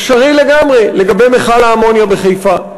אפשרי לגמרי לגבי מכל האמוניה בחיפה.